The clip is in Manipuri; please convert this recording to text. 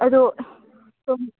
ꯑꯗꯣ ꯁꯨꯝ